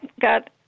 got